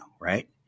right